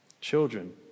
children